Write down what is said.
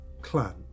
clan